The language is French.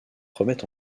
remet